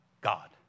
God